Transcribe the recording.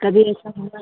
कभी ऐसा हुआ है